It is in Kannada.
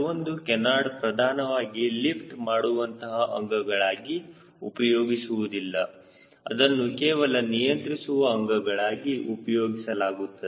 ಕೆಲವೊಂದು ಕೇನಾರ್ಡ್ ಪ್ರಧಾನವಾಗಿ ಲಿಫ್ಟ್ ಮಾಡುವಂತಹ ಅಂಗಗಳಾಗಿ ಉಪಯೋಗಿಸುವುದಿಲ್ಲ ಅದನ್ನು ಕೇವಲ ನಿಯಂತ್ರಿಸುವ ಅಂಗವಾಗಿ ಉಪಯೋಗಿಸಲಾಗುತ್ತದೆ